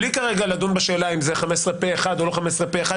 בלי כרגע לדון בשאלה אם זה 15 פה אחד או לא 15 פה אחד,